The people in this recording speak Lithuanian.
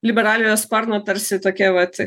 liberaliojo sparno tarsi tokia vat